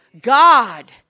God